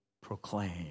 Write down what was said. proclaim